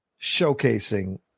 showcasing